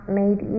made